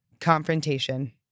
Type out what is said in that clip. confrontation